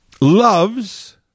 loves